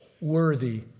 worthy